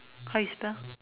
how you spell